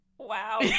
Wow